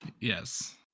Yes